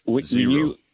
Zero